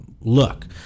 look